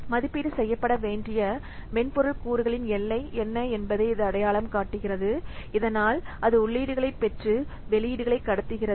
மதிப்பீடு செய்யப்பட வேண்டிய மென்பொருள் கூறுகளின் எல்லை என்ன என்பதை இது அடையாளம் காட்டுகிறது இதனால் அது உள்ளீடுகளைப் பெற்று வெளியீடுகளை கடத்துகிறது